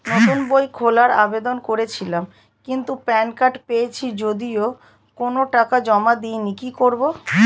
নতুন বই খোলার আবেদন করেছিলাম কিন্তু প্যান কার্ড পেয়েছি যদিও কোনো টাকা জমা দিইনি কি করব?